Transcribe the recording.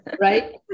Right